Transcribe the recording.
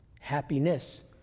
happiness